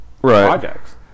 projects